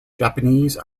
japanese